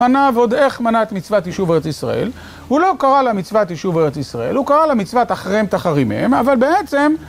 מנה ועוד איך מנה את מצוות יישוב בארץ ישראל הוא לא קרא לה מצוות יישוב בארץ ישראל הוא קרא לה מצוות החרם תחרימם אבל בעצם